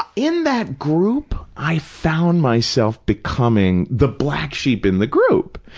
in that group, i found myself becoming the black sheep in the group.